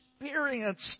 experienced